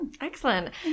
Excellent